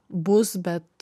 bus bet